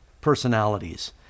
personalities